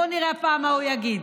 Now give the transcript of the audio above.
בוא נראה הפעם מה הוא יגיד.